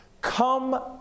Come